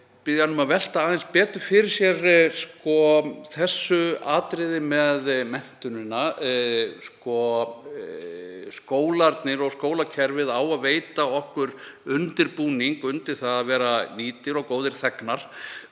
hann um að velta aðeins betur fyrir sér þessu atriði með menntunina. Skólakerfið á að veita okkur undirbúning undir það að vera nýtir og góðir þegnar,